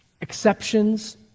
exceptions